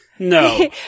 No